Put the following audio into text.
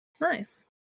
nice